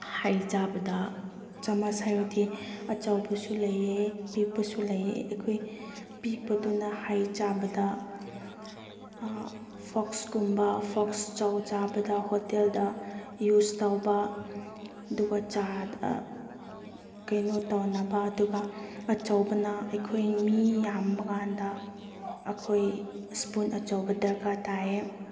ꯍꯩ ꯆꯥꯕꯗ ꯆꯥꯃꯁ ꯍꯥꯏꯕꯗꯤ ꯑꯆꯧꯕꯁꯨ ꯂꯩꯌꯦ ꯄꯤꯛꯄꯁꯨ ꯂꯩꯌꯦ ꯑꯩꯈꯣꯏ ꯑꯄꯤꯛꯄꯁꯨꯅ ꯍꯩ ꯆꯥꯕꯗ ꯐꯣꯛꯁꯀꯨꯝꯕ ꯐꯣꯛꯁ ꯆꯧ ꯆꯥꯕꯗ ꯍꯣꯇꯦꯜꯗ ꯌꯨꯁ ꯇꯧꯕ ꯑꯗꯨꯒ ꯆꯥꯗ ꯀꯩꯅꯣ ꯇꯧꯅꯕ ꯑꯗꯨꯒ ꯑꯆꯧꯕꯅ ꯑꯩꯈꯣꯏ ꯃꯤ ꯌꯥꯝꯕꯀꯥꯟꯗ ꯑꯩꯈꯣꯏ ꯏꯁꯄꯨꯟ ꯑꯆꯧꯕ ꯗꯔꯀꯥꯔ ꯇꯥꯏꯌꯦ